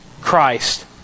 Christ